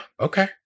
okay